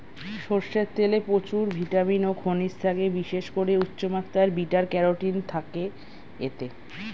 সরষের তেলে প্রচুর ভিটামিন ও খনিজ থাকে, বিশেষ করে উচ্চমাত্রার বিটা ক্যারোটিন থাকে এতে